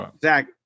Zach